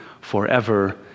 forever